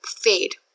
fade